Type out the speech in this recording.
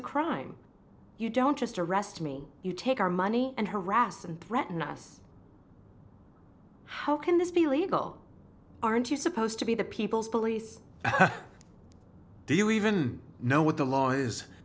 a crime you don't just arrest me you take our money and harass and threaten us how can this be legal aren't you supposed to be the people's police do you even know what the law is